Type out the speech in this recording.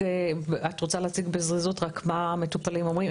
את רוצה להציג בזריזות רק מה המטופלים אומרים?